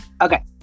Okay